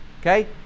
Okay